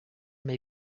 may